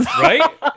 Right